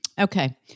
Okay